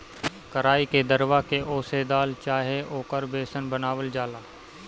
कराई के दरवा के ओसे दाल चाहे ओकर बेसन बनावल जाला